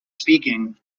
speaking